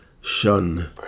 shun